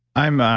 i'm